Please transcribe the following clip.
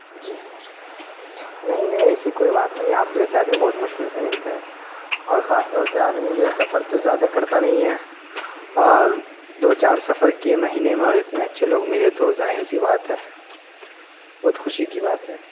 جی sir نہیں نہیں ایسی کوئی بات نہیں آپ جیسے آدمی بہت مشکل سے ملتے ہیں اور خاص طور سے آدمی جو ہے سفر تو زیادہ کرتا نہیں کرتا نہیں ہے اور دو چار سفر کیے مہینے میں اور اتنے اچھے لوگ ملے تو ظاہر سی بات ہے بہت خوشی کی بات ہے